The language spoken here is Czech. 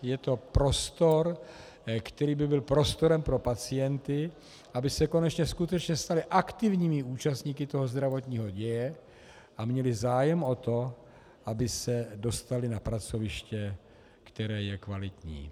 Je to prostor, který byl prostorem pro pacienty, aby se konečně skutečně stali aktivními účastníky zdravotního děje a měli zájem o to, aby se dostali na pracoviště, které je kvalitní.